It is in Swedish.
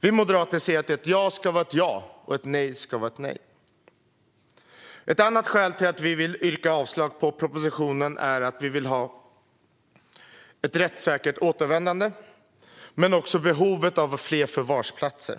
Vi moderater anser att ett ja ska vara ett ja och ett nej ska vara ett nej. Det andra skälet till att vi moderater yrkar avslag på propositionen är att vi vill ha ett rättssäkert återvändande och vidare behovet av fler förvarsplatser.